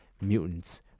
mutants